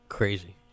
crazy